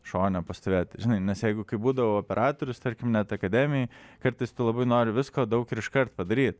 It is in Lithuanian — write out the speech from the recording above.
šone pastovėt žinai nes jeigu kaip būdavau operatorius tarkim net akademijoj kartais tu labai nori visko daug ir iškart padaryt